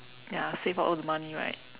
ya save up all the money right